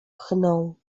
pchną